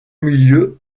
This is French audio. milieu